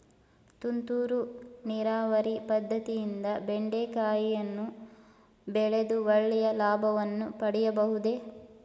ತುಂತುರು ನೀರಾವರಿ ಪದ್ದತಿಯಿಂದ ಬೆಂಡೆಕಾಯಿಯನ್ನು ಬೆಳೆದು ಒಳ್ಳೆಯ ಲಾಭವನ್ನು ಪಡೆಯಬಹುದೇ?